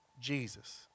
Jesus